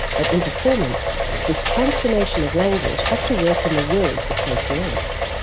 but in performance this transformation of language has to work in the world the play creates.